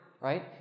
right